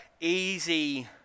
easy